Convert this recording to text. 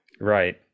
right